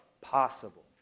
possible